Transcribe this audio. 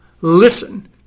Listen